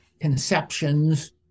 conceptions